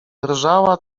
drżała